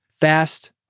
Fast